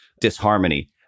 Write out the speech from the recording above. disharmony